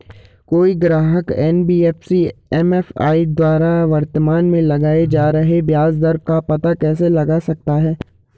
कोई ग्राहक NBFC MFI द्वारा वर्तमान में लगाए जा रहे ब्याज दर का पता कैसे लगा सकता है?